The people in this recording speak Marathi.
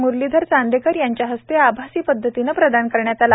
म्रलीधर चांदेकर यांचे हस्ते आभासी पद्धतीने प्रदान करण्यात आला